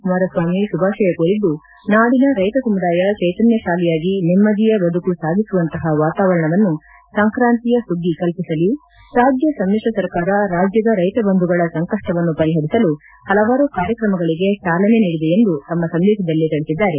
ಕುಮಾರ ಸ್ವಾಮಿ ಶುಭಾಶಯ ಕೋರಿದ್ದು ನಾಡಿನ ರೈತ ಸಮುದಾಯ ಚೈತನ್ಯ ಶಾಲಿಯಾಗಿ ನೆಮ್ಮದಿಯ ಬದುಕು ಸಾಗಿಸುವಂತಹ ವಾತಾವರಣವನ್ನು ಸಂಕ್ರಾಂತಿಯ ಸುಗ್ಗಿ ಕಲ್ಪಿಸಲಿ ರಾಜ್ಯ ಸಮಿಶ್ರ ಸರ್ಕಾರ ರಾಜ್ಯದ ರೈತ ಬಂಧುಗಳ ಸಂಕಷ್ಟವನ್ನು ಪರಿಪರಿಸಲು ಪಲವಾರು ಕಾರ್ಯಕ್ರಮಗಳಿಗೆ ಚಾಲನೆ ನೀಡಿದೆ ಎಂದು ತಮ್ಮ ಸಂದೇಶದಲ್ಲಿ ತಿಳಿಸಿದ್ದಾರೆ